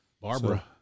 Barbara